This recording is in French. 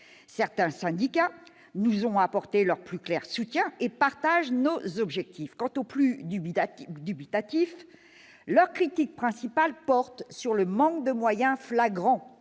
Certains syndicats nous ont apporté leur plus clair soutien et partagent nos objectifs. Quant aux plus dubitatifs, leur critique principale porte sur le manque flagrant